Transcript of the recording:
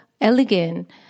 elegant